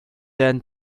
than